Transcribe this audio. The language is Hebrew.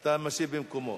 אתה משיב במקומו.